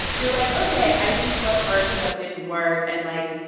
you're like, ok, i see what worked and what didn't work. and, like,